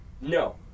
no